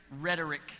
rhetoric